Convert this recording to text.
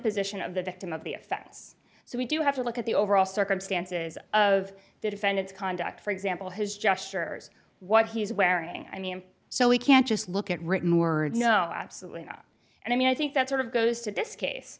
position of the victim of the effects so we do have to look at the overall circumstances of the defendant's conduct for example his gestures what he's wearing i mean so he can't just look at written words no absolutely not and i mean i think that sort of goes to this case